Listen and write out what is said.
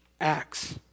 acts